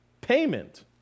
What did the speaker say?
payment